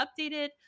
updated